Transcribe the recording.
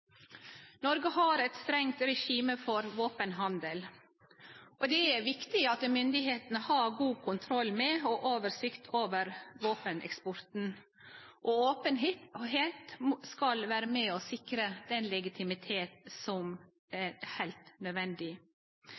Noreg har eit strengt regime for våpenhandel, og det er viktig at styresmaktene har god kontroll med og oversikt over våpeneksporten. Openheit skal vere med og sikre den legitimitet som er heilt